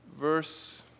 verse